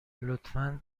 لطفا